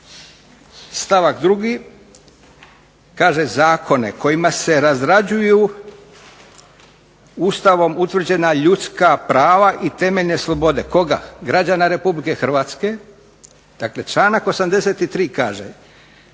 stavak 2. kaže zakone kojima se razrađuju Ustavom utvrđena ljudska prava i temeljne slobode. Koga, građana Republike Hrvatske. Dakle,